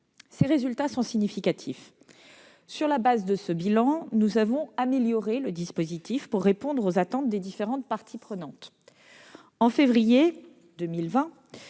Ces résultats sont significatifs. Sur la base de ce bilan, nous avons amélioré le dispositif pour répondre aux attentes des différentes parties prenantes. En février